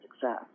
success